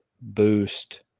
boost